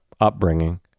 upbringing